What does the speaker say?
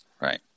right